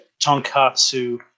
tonkatsu